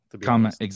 comment